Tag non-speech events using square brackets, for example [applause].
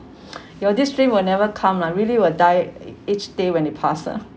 [noise] your this dream will never come lah really will die each day when they past ah